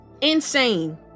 Insane